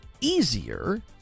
easier